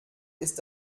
ist